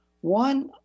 one